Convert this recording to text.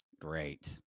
Great